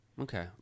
Okay